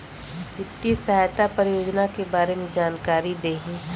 वित्तीय सहायता और योजना के बारे में जानकारी देही?